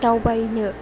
दावबायनो